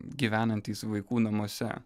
gyvenantys vaikų namuose